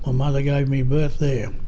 um mother gave me birth there.